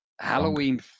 Halloween